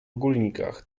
ogólnikach